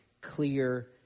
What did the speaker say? clear